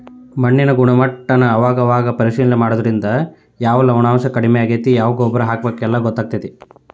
ಮಣ್ಣಿನ ಗುಣಮಟ್ಟಾನ ಅವಾಗ ಅವಾಗ ಪರೇಶಿಲನೆ ಮಾಡುದ್ರಿಂದ ಯಾವ ಲವಣಾಂಶಾ ಕಡಮಿ ಆಗೆತಿ ಯಾವ ಗೊಬ್ಬರಾ ಹಾಕಬೇಕ ಎಲ್ಲಾ ಗೊತ್ತಕ್ಕತಿ